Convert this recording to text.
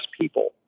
people